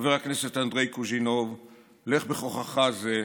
חבר הכנסת אדרי קוז'ינוב, לך בכוחך זה.